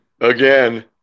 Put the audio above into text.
again